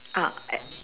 ah a~